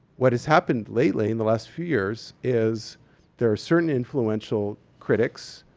what has happened lately in the last few years is there are certain influential critics,